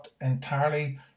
entirely